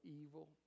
evil